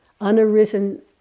unarisen